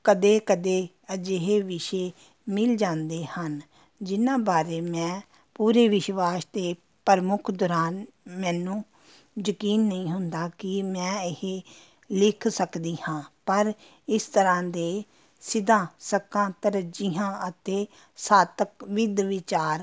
ਕਦੇ ਕਦੇ ਅਜਿਹੇ ਵਿਸ਼ੇ ਮਿਲ ਜਾਂਦੇ ਹਨ ਜਿਨ੍ਹਾਂ ਬਾਰੇ ਮੈਂ ਪੂਰੇ ਵਿਸ਼ਵਾਸ ਅਤੇ ਪ੍ਰਮੁੱਖ ਦੌਰਾਨ ਮੈਨੂੰ ਯਕੀਨ ਨਹੀਂ ਹੁੰਦਾ ਕਿ ਮੈਂ ਇਹ ਲਿਖ ਸਕਦੀ ਹਾਂ ਪਰ ਇਸ ਤਰ੍ਹਾਂ ਦੇ ਸਿੱਧਾਂ ਸ਼ੱਕਾਂ ਤਰਜੀਹਾਂ ਅਤੇ ਸਾਹਤਿਕ ਵਿੰਧ ਵਿਚਾਰ